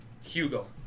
Hugo